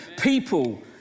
People